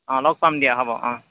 অঁ লগ পাম দিয়া হ'ব অঁ